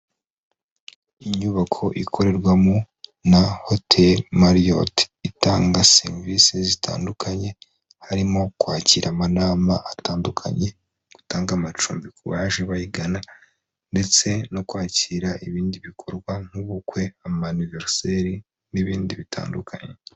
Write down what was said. Inyubako ikorerwamo na hoteri Mariyoti itanga serivisi zitandukanye harimo kwakira amanama atandukanye, gutanga amacumbi ku baje bayigana, ndetse no kwakira ibindi bikorwa nk'ubukwe amaniveriseri n'ibindi bitandukanye.